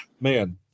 Man